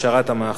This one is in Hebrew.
הצעות לסדר מס'